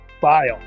file